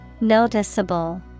Noticeable